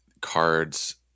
cards